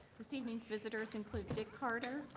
this evening's visitors include dick carter,